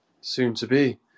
soon-to-be